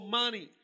money